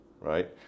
right